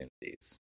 opportunities